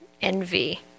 envy